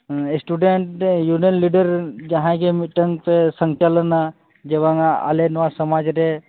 student union leader ᱡᱟᱦᱟᱸᱭᱜᱮ ᱢᱤᱫᱴᱟᱝ ᱯᱮ ᱥᱚᱧᱪᱟᱞᱚᱱᱟ ᱡᱮ ᱵᱟᱝᱟ ᱟᱞᱮ ᱱᱚᱣᱟ ᱥᱚᱢᱟᱡᱽ ᱨᱮ